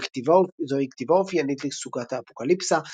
זוהי כתיבה אופיינית לסוגת האפוקליפסה,